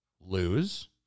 lose